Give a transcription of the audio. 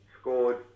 scored